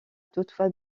toutefois